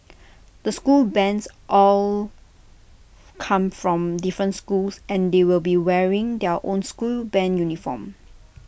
the school bands all come from different schools and they will be wearing their own school Band uniforms